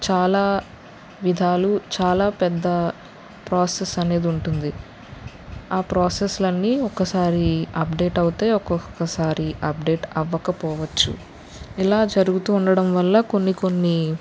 చాలా విధాలు చాలా పెద్ద ప్రోసెస్ అనేది ఉంటుంది ఆ ప్రోసెస్లన్ని ఒక్కసారి అప్డేట్ అవుతాయ్ ఒక్కోసారి అప్డేట్ అవ్వక పోవచ్చు ఇలా జరుగుతు ఉండడం వల్ల కొన్ని కొన్ని